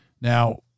Now